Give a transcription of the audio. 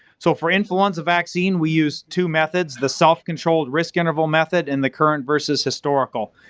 so, for influenza vaccine we use two methods, the self-controlled risk interval method and the current versus historical.